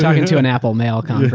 talking to an apple mail kind of